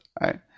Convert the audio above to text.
right